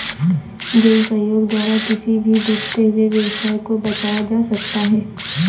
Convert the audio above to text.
जन सहयोग द्वारा किसी भी डूबते हुए व्यवसाय को बचाया जा सकता है